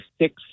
six